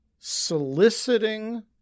soliciting